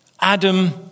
Adam